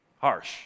Harsh